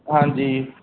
ਹਾਂਜੀ